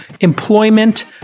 Employment